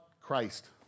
Christ